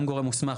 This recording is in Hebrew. גם גורם מוסמך,